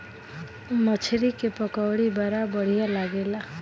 मछरी के पकौड़ी बड़ा बढ़िया लागेला